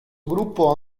gruppo